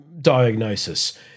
diagnosis